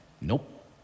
Nope